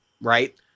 right